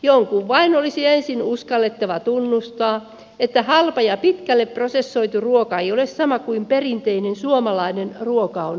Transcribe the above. jonkun vain olisi ensin uskallettava tunnustaa että halpa ja pitkälle prosessoitu ruoka ei ole sama kuin perinteinen suomalainen ruoka on ollut